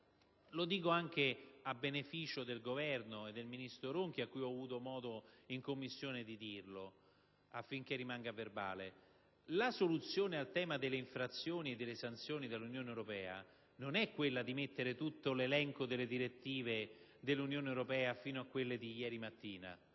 Allora, anche a beneficio del Governo e del ministro Ronchi, cui ho avuto modo in Commissione di dirlo, e affinché rimanga agli atti, voglio ricordare come la soluzione al problema delle infrazioni e delle sanzioni dell'Unione europea non sia quella di inserire tutto l'elenco delle direttive dell'Unione europea, fino a quelle di ieri mattina.